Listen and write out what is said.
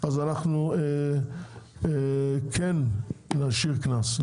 אז אנחנו כן נשאיר קנס,